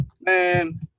Man